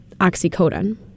oxycodone